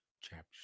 chapter